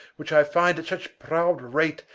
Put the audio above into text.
which i finde at such proud rate,